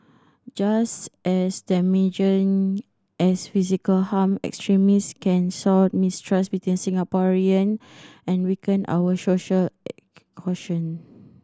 just as damaging as physical harm extremist can sow mistrust between Singaporean and weaken our social cohesion